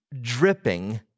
dripping